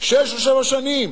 שש או שבע שנים,